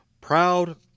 Proud